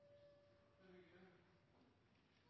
Det er ikkje